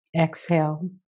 exhale